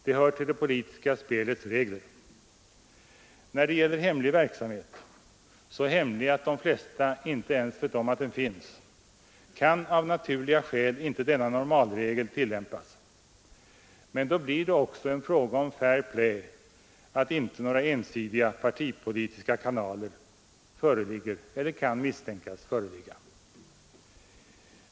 Det hör till det politiska spelets regler. När det gäller hemlig verksamhet — så hemlig att de flesta inte ens vet om att den finns — kan av naturliga skäl inte denna normalregel tillämpas. Men då blir det också en fråga om fair play att inte några ensidiga partipolitiska kanaler föreligger eller kan misstänkas föreligga.